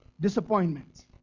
Disappointments